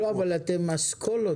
אבל אתם אסכולות.